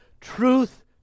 truth